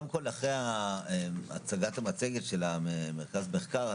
קודם כל אחרי הצגת המצגת של מרכז המחקר,